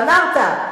אמרת.